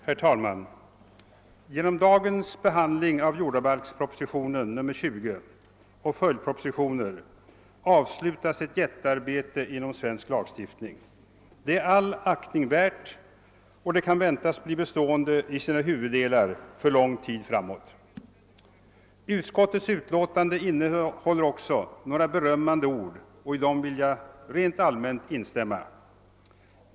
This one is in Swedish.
Herr talman! Genom dagens behandling av jordabalkspropositionen nr 20 och följdpropositioner avslutas ett jättearbete inom svensk lagstiftning. Det är all aktning värt, och det kan väntas bli bestående i sina huvuddelar för lång tid framåt. Utskottets utlåtande innehåller också några berömmande ord, och i dem vill jag rent allmänt instämma.